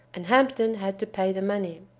and hampden had to pay the money.